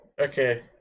Okay